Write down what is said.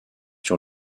sur